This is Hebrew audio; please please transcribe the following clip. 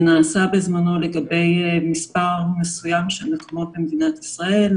זה נעשה לגבי מספר מסוים של מקומות במדינת ישראל,